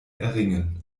erringen